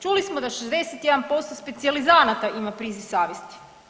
Čuli smo da 61% specijalizanata ima priziv savjesti.